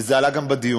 וזה עלה גם בדיון,